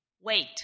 Wait